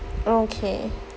oh okay